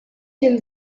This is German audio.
dem